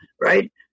right